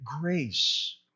grace